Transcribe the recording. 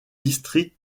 district